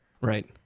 Right